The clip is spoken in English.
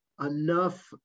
enough